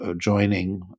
joining